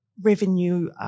revenue